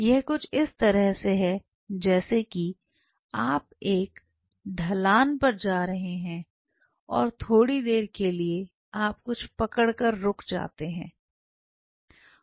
यह कुछ इस तरह से है कि जैसे कि आप एक ढलान पर जा रहे हैं और थोड़ी देर के लिए आप कुछ पकड़ कर रुक जाते हैं